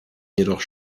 jedoch